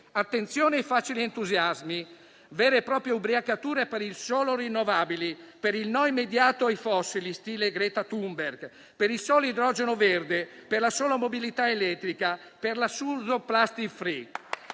Attenzione ai facili entusiasmi - vere e proprie ubriacature per il solo rinnovabili - per il no immediato ai fossili (stile Greta Thunberg) per il solo idrogeno verde, per il solo mobilità elettrica e per l'assurdo *plastic free.*